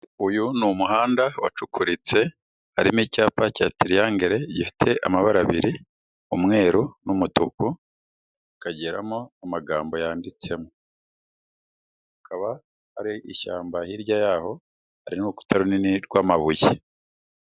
Uyu ni umuhanda wacukutse harimo icyapa cya tiriyangere gifite amabara abiri umweru n'umutuku kikagiramo amagambo yanditsemo hakaba hari ishyamba hirya y'aho hari n'urukuta runini rw'amabuye.